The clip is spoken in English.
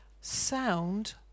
sound